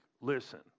listen